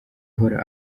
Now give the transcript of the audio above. ahora